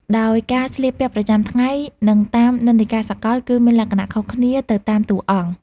ដោយការស្លៀកពាក់ប្រចាំថ្ងៃ និងតាមនិន្នាការសកល គឺមានលក្ខណៈខុសគ្នាទៅតាមតួអង្គ។